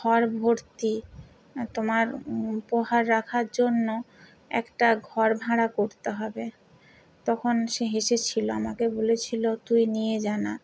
ঘর ভর্তি তোমার উপহার রাখার জন্য একটা ঘর ভাড়া করতে হবে তখন সে হেসেছিলো আমাকে বলেছিলো তুই নিয়ে যা না